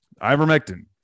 ivermectin